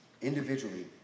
individually